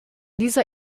dieser